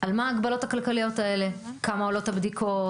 על מה ההגבלות הכלכליות האלה, כמה עולות הבדיקות.